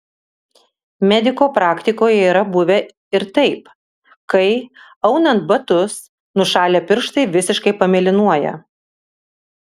mediko praktikoje yra buvę ir taip kai aunant batus nušalę pirštai visiškai pamėlynuoja